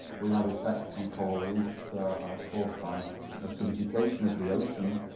we have effects on coral reefs caused by acidification of the ocean,